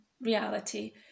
reality